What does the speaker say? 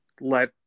let